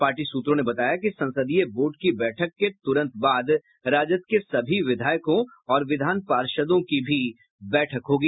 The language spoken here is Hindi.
पार्टी सूत्रों ने बताया कि संसदीय बोर्ड की बैठक के तुरंत बाद राजद के सभी विधायकों और विधान पार्षदों की भी बैठक होगी